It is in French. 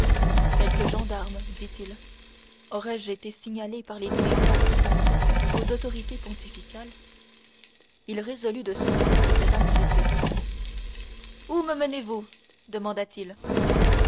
quelque gendarme dit-il aurais-je été signalé par les télégraphes français aux autorités pontificales il résolut de sortir de cette anxiété où me menez-vous demanda-t-il